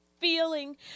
feeling